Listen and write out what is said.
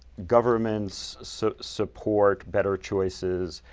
governments so support better choices,